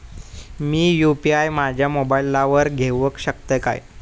मी UPI माझ्या मोबाईलावर घेवक शकतय काय?